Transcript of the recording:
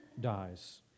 dies